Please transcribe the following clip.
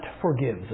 forgive